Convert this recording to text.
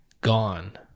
gone